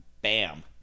Bam